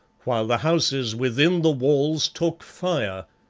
while the houses within the walls took fire,